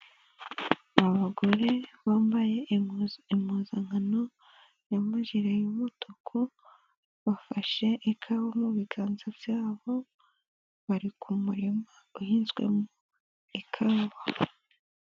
Abagore bambaye impuza impuzankano y'amajire y'umutuku, bafashe ikawa mu biganza byabo bari, ku murima uhinzwe mu ikawa.